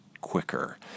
quicker